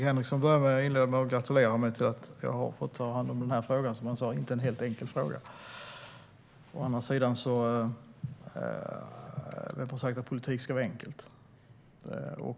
Herr talman! Stig Henriksson inledde med att gratulera mig till att ha fått ta hand om den här frågan, som han sa är en inte helt enkel fråga. Å andra sidan: Vem har sagt att politik ska vara enkelt?